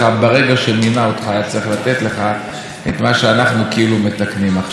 ברגע שמינה אותך הוא היה צריך לתת לך את מה שאנחנו כאילו מתקנים עכשיו.